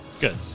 Good